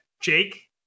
Jake